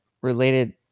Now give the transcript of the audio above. related